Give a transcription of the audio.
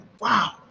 Wow